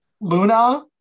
Luna